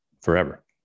forever